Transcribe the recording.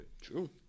True